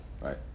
Right